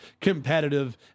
competitive